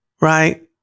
Right